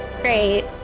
Great